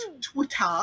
Twitter